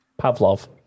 Pavlov